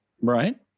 Right